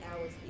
hours